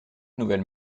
nouvelles